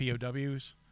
POWs